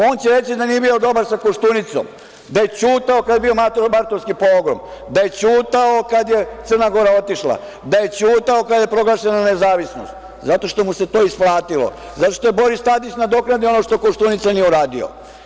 On će reći da nije bio dobar sa Koštunicom, da je ćutao kada je bio martovski pogrom, da je ćutao kada je Crna Gora otišla, da je ćutao kada je proglašena nezavisnost, zato što mu se to isplatilo, zato što je Boris Tadić nadoknadio ono što Koštunica nije uradio.